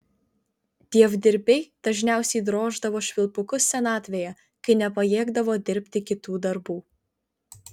dievdirbiai dažniausiai droždavo švilpukus senatvėje kai nepajėgdavo dirbti kitų darbų